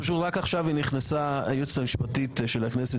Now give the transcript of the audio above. רק עכשיו נכנסה היועצת המשפטית של הכנסת,